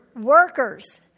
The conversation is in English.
workers